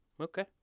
Okay